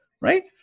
right